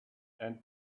tenth